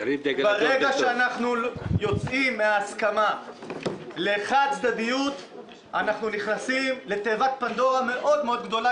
ברגע שאנחנו יוצאים מההסכמה החד-צדדית אנחנו נכנסים לתיבת פנדורה גדולה,